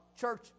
church